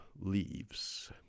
Leaves